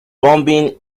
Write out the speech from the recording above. bombing